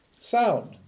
Sound